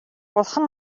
бурхан